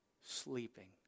sleeping